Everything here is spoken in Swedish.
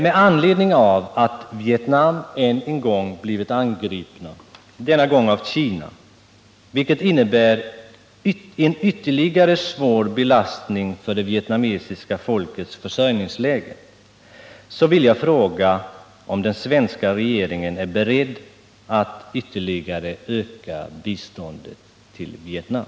Med anledning av att Vietnam än en gång blivit angripet, denna gång av Kina, vilket innebär en ytterligare svår belastning för det vietnamesiska folkets försörjningsläge, vill jag fråga om den svenska regeringen är beredd att ytterligare öka biståndsinsatserna till Vietnam.